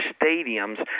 stadiums